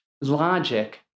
logic